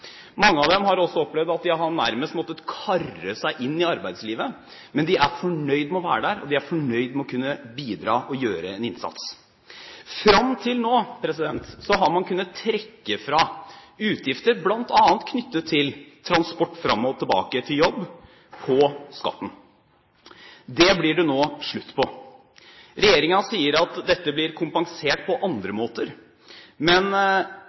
Mange av dem har også opplevd at de nærmest har måttet kare seg inn i arbeidslivet. Men de er fornøyd med å være der, og de er fornøyd med å kunne bidra og gjøre en innsats. Fram til nå har man på skatten kunnet trekke fra utgifter bl.a. knyttet til transport fram og tilbake til jobb. Det blir det nå slutt på. Regjeringen sier at dette blir kompensert på andre måter. Men